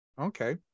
okay